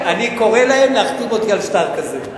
אני קורא לכם להחתים אותי על שטר כזה.